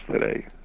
today